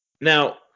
Now